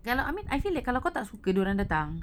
ya lah I mean I feel like kalau kau tak suka dia orang datang